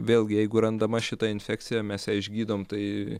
vėlgi jeigu randama šita infekcija mes ją išgydom tai